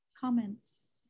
comments